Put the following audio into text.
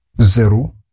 zero